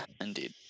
indeed